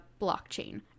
blockchain